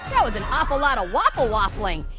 that was an awful lot of waffle waffling.